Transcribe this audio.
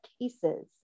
cases